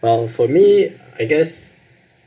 um for me I guess